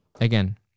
again